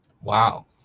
Wow